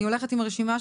אני הולכת עם הרשימה.